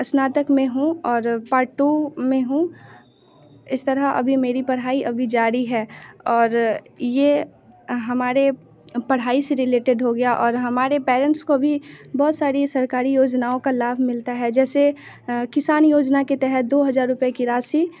स्नातक में हूँ और पार्ट टू में हूँ इस तरह अभी मेरी पढ़ाई अभी जारी है और ये हमारे पढ़ाई से रिलेटेड हो गया और हमारे पैरेंट्स को भी बहुत सारी सरकारी योजनाओं का लाभ मिलता है जैसे किसान योजना के तहत दो हज़ार रुपये की राशि